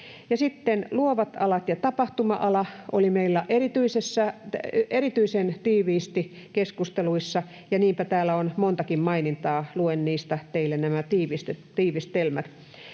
luovat alat ja tapahtuma-ala oli meillä erityisen tiiviisti keskusteluissa, ja niinpä täällä on montakin mainintaa. Luen niistä teille nämä tiivistelmät.